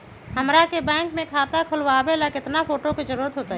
हमरा के बैंक में खाता खोलबाबे ला केतना फोटो के जरूरत होतई?